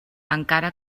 encara